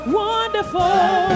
wonderful